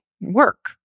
Work